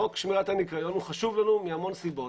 חוק שמירת הניקיון חשוב לנו מהמון סיבות,